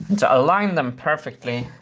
to align them perfectly,